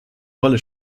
rolle